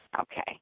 Okay